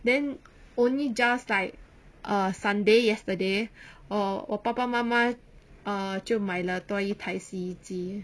then only just like err sunday yesterday 我我爸爸妈妈 ah 就买了多一台洗衣机